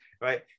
right